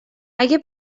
اگه